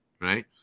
right